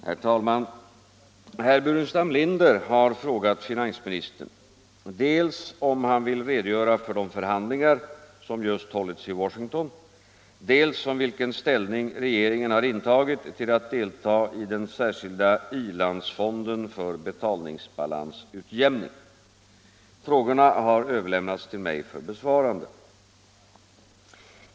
Herr talman! Herr Burenstam Linder har frågat finansministern dels om han vill redogöra för de förhandlingar som just hållits i Washington, dels om vilken ställning regeringen har intagit till att delta i den särskilda i-landsfonden för betalningsbalansutjämning. Frågorna har överlämnats till mig för besvarande.